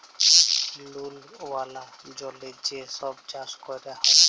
লুল ওয়ালা জলে যে ছব চাষ ক্যরা হ্যয়